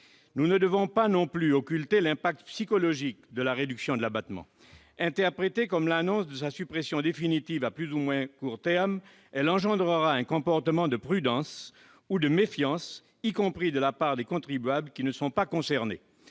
Nous ne devons pas non plus occulter l'impact psychologique de la réduction de l'abattement. Interprétée comme l'annonce de sa suppression définitive à plus ou moins court terme, elle engendrera un comportement de prudence ou de méfiance, y compris de la part des contribuables qui ne sont pas concernés.